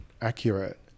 accurate